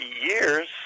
years